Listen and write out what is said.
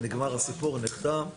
נגמר הסיפור ונחתם.